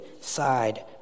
side